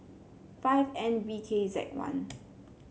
five N B K Z one